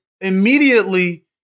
immediately